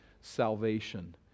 salvation